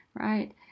right